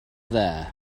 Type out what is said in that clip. there